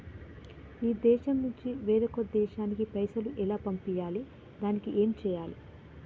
ఈ దేశం నుంచి వేరొక దేశానికి పైసలు ఎలా పంపియ్యాలి? దానికి ఏం చేయాలి?